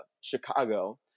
chicago